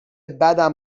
بدم